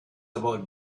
about